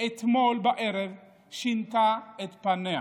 אתמול בערב שינתה את פניה.